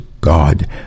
God